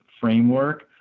framework